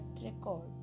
record